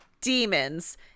Demons